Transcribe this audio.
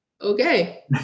okay